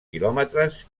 quilòmetres